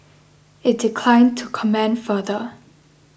it declined to comment further